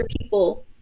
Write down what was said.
people